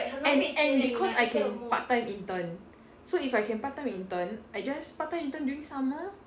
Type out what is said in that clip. and and because I can part time intern so if I can part time intern I just part time intern during summer